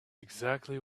exactly